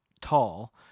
tall